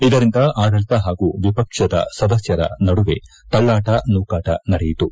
ಇದರಿಂದ ಆಡಳಿತ ಹಾಗೂ ವಿಪಕ್ಷದ ಸದಸ್ಕರ ನಡುವೆ ತಳ್ಳಾಟ ನೂಕಾಟ ನಡೆಯಿತು